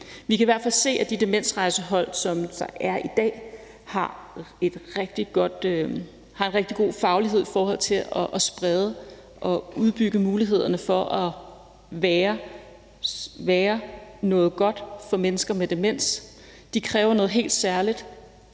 Vi kan i hvert fald se, at de demensrejsehold, der er i dag, har en rigtig god faglighed i forhold til at sprede og udbygge mulighederne for at være noget godt for mennesker med demens. De kræver noget helt særligt,